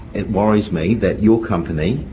it worries me that your company,